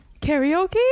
Karaoke